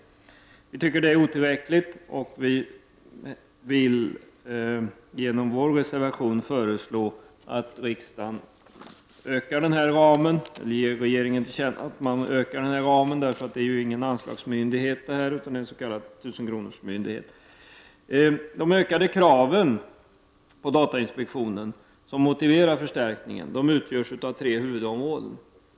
Vi tycker att denna ökning är otillräcklig, och vi vill med vår reservation föreslå att riksdagen ger regeringen till känna att ramen ökas. Datainspektionen är ju ingen anslagsmyndighet utan en s.k. tusenkronorsmyndighet. De ökade kraven på datainspektionen som motiverar förstärkningen utgörs av tre huvudområden.